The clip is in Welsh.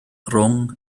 rhwng